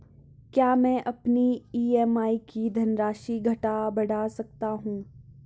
क्या मैं अपनी ई.एम.आई की धनराशि घटा बढ़ा सकता हूँ?